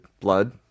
blood